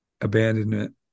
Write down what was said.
abandonment